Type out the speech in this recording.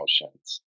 emotions